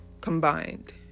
combined